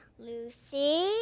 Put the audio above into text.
Lucy